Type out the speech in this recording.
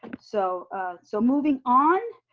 so so moving on,